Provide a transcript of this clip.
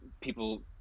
People